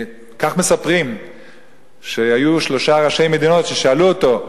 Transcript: מספרים שהיו שלושה ראשי מדינות ששאלו אותו,